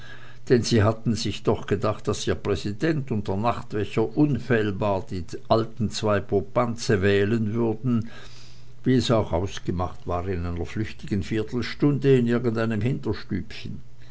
denn sie hatten sich doch gedacht daß ihr präsident und der nachtwächter unfehlbar die alten zwei popanze wählen würden wie es auch ausgemacht war in einer flüchtigen viertelstunde in irgendeinem hinterstübchen